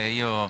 io